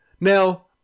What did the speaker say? Now